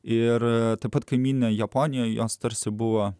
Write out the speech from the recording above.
ir taip pat kaimynė japonija jos tarsi buvo